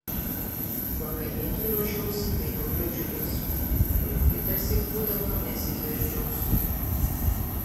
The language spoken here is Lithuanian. vakarienei ruošiausi be jokio džiugesio o juk kitąsyk būdavo nesitveriu džiaugsmu